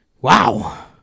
Wow